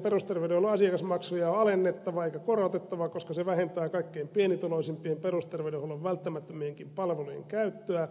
perusterveydenhuollon asiakasmaksuja on alennettava eikä korotettava koska ne vähentävät kaikkein pienituloisimpien perusterveydenhuollon välttämättömienkin palvelujen käyttöä